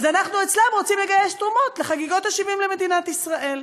אז אנחנו אצלם רוצים לגייס תרומות לחגיגות ה-70 למדינת ישראל.